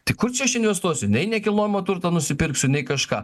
tai kur čia aš investuosiu nei nekilnojamojo turto nusipirksiu nei kažką